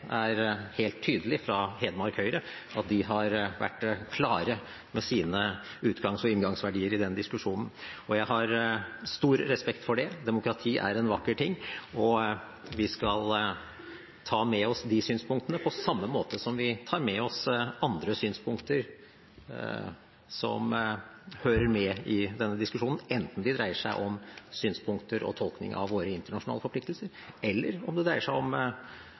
er helt tydelig fra Hedmark Høyre at de har vært klare med sine utgangs- og inngangsverdier i den diskusjonen. Jeg har stor respekt for det. Demokrati er en vakker ting, og vi skal ta med oss de synspunktene på samme måte som vi tar med oss andre synspunkter som hører med i denne diskusjonen, enten det dreier seg om synspunkter på og tolkning av våre internasjonale forpliktelser, eller det dreier seg om